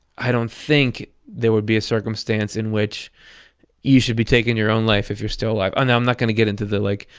i don't think there would be a circumstance in which you should be taking your own life if you're still alive. now i'm not going to get into the, like,